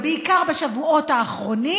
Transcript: ובעיקר בשבועות האחרונים,